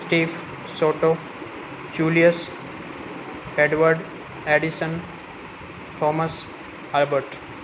stiff સોટો Julius Edward Edison Thomas Albert